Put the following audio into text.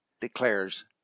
declares